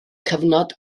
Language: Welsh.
cyfnod